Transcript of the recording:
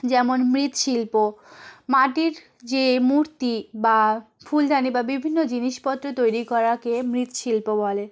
যেমন মৃৎশিল্প মাটির যে মূর্তি বা ফুলদানি বা বিভিন্ন জিনিসপত্র তৈরি করাকে মৃৎশিল্প বলে